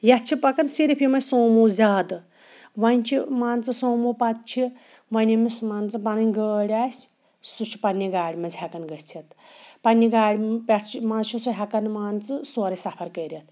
یَتھ چھِ پَکان صرف یِمَے سوموٗ زیادٕ وۄنۍ چھِ مان ژٕ سوموٗ پَتہٕ چھِ وۄنۍ یٔمِس مان ژٕ پَنٕنۍ گٲڑۍ آسہِ سُہ چھُ پنٛنہِ گاڑِ منٛز ہٮ۪کان گٔژھِتھ پنٛنہِ گاڑِ پٮ۪ٹھ چھُ منٛزٕ چھِ سُہ ہٮ۪کان مان ژٕ سورُے سفر کٔرِتھ